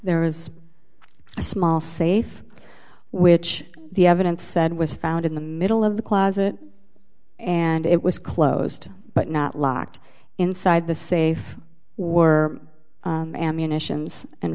there was a small safe which the evidence said was found in the middle of the closet and it was closed but not locked inside the safe for ammunitions and